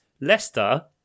Leicester